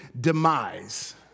demise